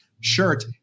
shirt